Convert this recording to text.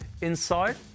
Inside